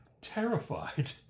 terrified